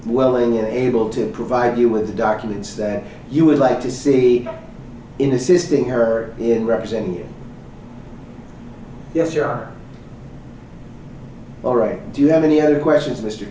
willing and able to provide you with the documents that you would like to see in assisting her in representing yes you are all right do you have any other questions m